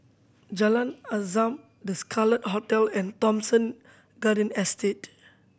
Jalan Azam The Scarlet Hotel and Thomson Garden Estate